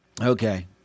Okay